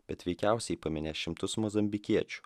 bet veikiausiai paminės šimtus mozambikiečių